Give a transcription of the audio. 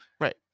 Right